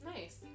Nice